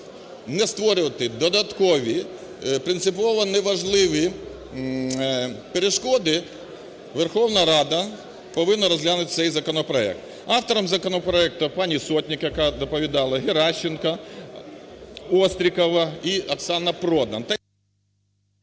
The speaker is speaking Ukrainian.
не створювати додаткові принципово неважливі перешкоди, Верховна Рада повинна розглянути цей законопроект. Автором законопроекту є пані Сотник, яка доповідала, Геращенко, Острікова і Оксана Продан.